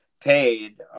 Paid